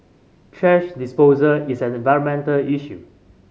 thrash disposal is an environmental issue